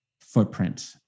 footprint